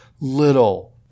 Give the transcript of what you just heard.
little